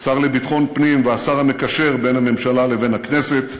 השר לביטחון פנים והשר המקשר בין הממשלה לבין הכנסת,